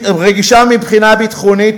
רגישה מבחינה ביטחונית